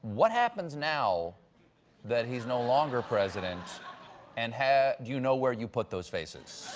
what happens now that he's no longer president and has do you know where you put those faces?